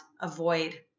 avoid